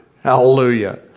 Hallelujah